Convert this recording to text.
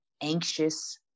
anxious